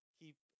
keep